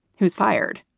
was fired.